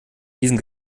diesen